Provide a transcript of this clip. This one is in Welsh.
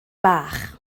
bach